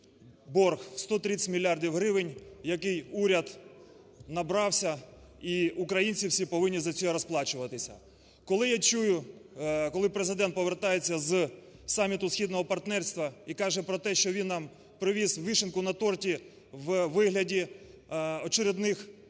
борг в 130 мільярдів гривень, який уряд набрався, і українці всі повинні за це розплачуватися. Коли я чую, коли Президент повертається з саміту Східного партнерства і каже про те, що він нам привіз вишеньку на торті у виглядіочередних кредитів,